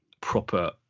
proper